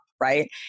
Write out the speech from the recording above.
Right